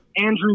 Andrew